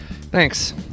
Thanks